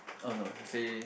oh no he say